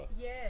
Yes